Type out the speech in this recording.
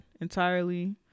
entirely